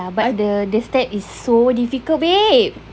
ya but the the step is so difficult babe